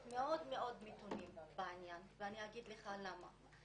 מאוד מאוד מתונים ואני אומר לך למה.